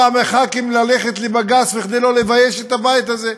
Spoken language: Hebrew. מחברי הכנסת ללכת לבג"ץ כדי לא לבייש את הבית הזה.